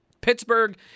Pittsburgh